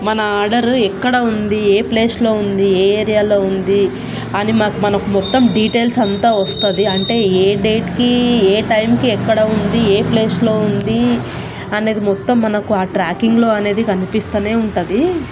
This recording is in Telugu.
మన ఆర్డరు ఎక్కడ ఉంది ఏ ప్లేస్లో ఉంది ఏ ఏరియాలో ఉంది అని మాకు మనకు మొత్తం డీటెయిల్స్ అంతా వస్తుంది అంటే ఏ డేట్కి ఏ టైంకి ఎక్కడ ఉంది ఏ ప్లేస్లో ఉంది అనేది మొత్తం మనకు ఆ ట్రాకింగ్లో అనేది కనిపిస్తూనే ఉంటుంది